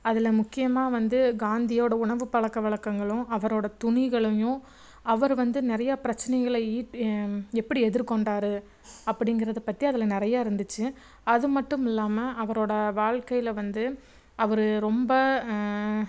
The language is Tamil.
அதில் முக்கியமாக வந்து காந்தியோடய உணவு பழக்க வழக்கங்களும் அவரோடய துணிகளையும் அவரு வந்து நிறையா பிரச்சனைகளை ஈட் எப்படி எதிர்கொண்டாரு அப்படிங்கிறது பற்றி அதில் நிறைய இருந்துச்சு அது மட்டும் இல்லாமல் அவரோடய வாழ்க்கையில் வந்து அவரு ரொம்ப